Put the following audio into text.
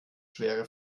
schwere